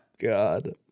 God